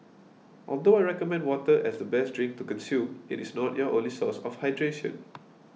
although I recommend water as the best drink to consume it is not your only source of hydration